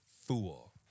fool